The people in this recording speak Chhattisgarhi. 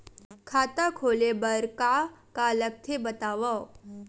खाता खोले बार का का लगथे बतावव?